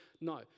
No